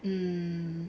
hmm